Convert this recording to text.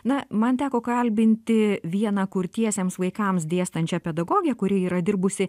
na man teko kalbinti vieną kurtiesiems vaikams dėstančią pedagogę kuri yra dirbusi